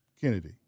Kennedy